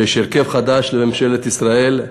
ויש הרכב חדש לממשלת ישראל.